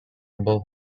suitable